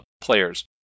players